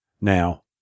Now